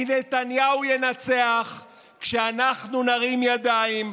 כי נתניהו ינצח כשאנחנו נרים ידיים,